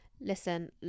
listen